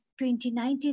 2019